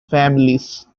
families